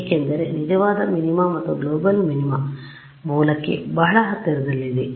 ಏಕೆಂದರೆ ನಿಜವಾದ ಮಿನಿಮಾ ಮತ್ತು ಗ್ಲೊಬಲ್ ಮಿನಿಮಾ ಮೂಲಕ್ಕೆ ಬಹಳ ಹತ್ತಿರದಲ್ಲಿದೆ